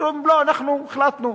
אומרים לא, אנחנו החלטנו.